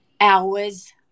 hours